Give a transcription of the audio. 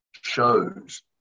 shows